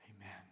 Amen